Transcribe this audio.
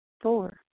Four